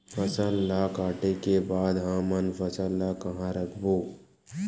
फसल ला काटे के बाद हमन फसल ल कहां रखबो?